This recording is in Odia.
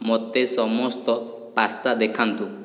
ମୋତେ ସମସ୍ତ ପାସ୍ତା ଦେଖାନ୍ତୁ